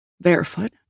Barefoot